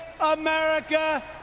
America